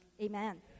Amen